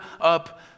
up